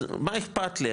אז מה אכפת לי,